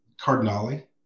Cardinale